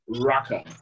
Raka